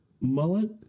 mullet